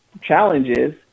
challenges